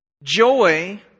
Joy